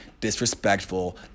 disrespectful